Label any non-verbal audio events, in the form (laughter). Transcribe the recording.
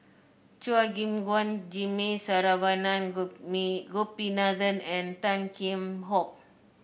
Chua Gim Guan Jimmy Saravanan (unintelligible) Gopinathan and Tan Kheam Hock